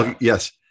Yes